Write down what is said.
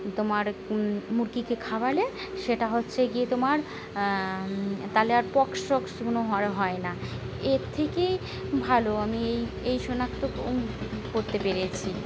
তোমার মুরগিকে খাওয়ালে সেটা হচ্ছে গিয়ে তোমার তাহলে আর পক্স টক্স কোনো হয় হয় না এর থেকেই ভালো আমি এই এই শনাক্ত করতে পেরেছি